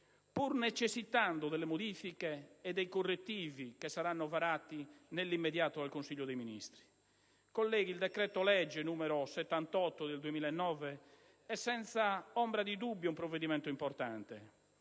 pur necessitando delle modifiche e dei correttivi che saranno varati nell'immediato dal Consiglio dei ministri. Colleghi, il decreto-legge n. 78 del 2009 è senza ombra di dubbio un provvedimento importante,